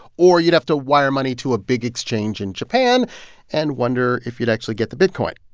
or you'd have to wire money to a big exchange in japan and wonder if you'd actually get the bitcoin.